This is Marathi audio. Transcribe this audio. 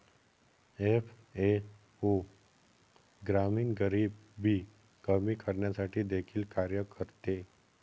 एफ.ए.ओ ग्रामीण गरिबी कमी करण्यासाठी देखील कार्य करते